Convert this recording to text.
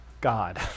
God